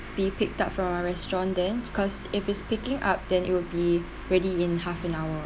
be picked up from a restaurant then because if it's picking up then it will be ready in half an hour